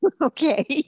Okay